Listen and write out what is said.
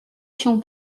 się